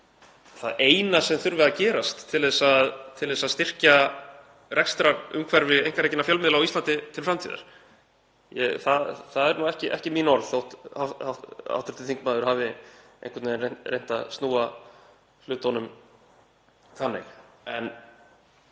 það eina sem þurfi að gerast til að styrkja rekstrarumhverfi einkarekinna fjölmiðla á Íslandi til framtíðar. Það eru ekki mín orð þó að hv. þingmaður hafi einhvern veginn reynt að snúa hlutunum þannig. Ég